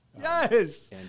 Yes